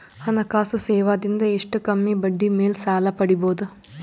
ಹಣಕಾಸು ಸೇವಾ ದಿಂದ ಎಷ್ಟ ಕಮ್ಮಿಬಡ್ಡಿ ಮೇಲ್ ಸಾಲ ಪಡಿಬೋದ?